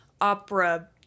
opera